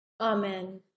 Amen